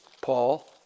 Paul